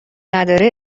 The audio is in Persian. نداره